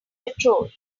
patrol